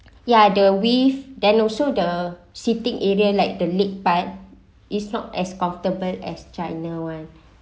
ya the width then also the sitting area like the leg part is not as comfortable as china [one]